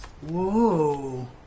Whoa